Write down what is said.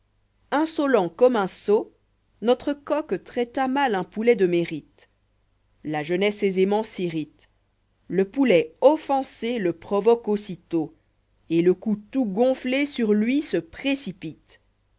insolent comme un sot notre coq traita mal rn povlf dé mérite la jeunesse aisément sil rite j le poulet offensé le provoque aussitôt et le cou tout gonflé sur lui se précipite